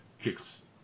kicks